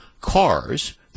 cars